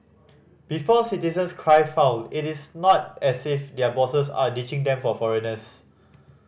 before citizens cry foul it is not as if their bosses are ditching them for foreigners